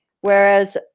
whereas